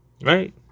right